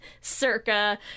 circa